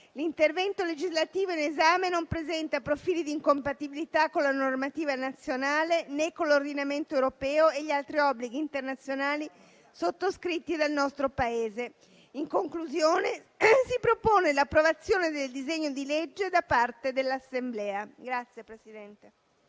L'intervento legislativo in esame non presenta profili di incompatibilità con la normativa nazionale, né con l'ordinamento europeo e gli altri obblighi internazionali sottoscritti dal nostro Paese. In conclusione, si propone l'approvazione del disegno di legge da parte dell'Assemblea.